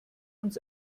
uns